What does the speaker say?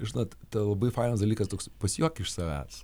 žinot tai labai fainas dalykas toks pasijuok iš savęs